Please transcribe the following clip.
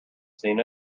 seen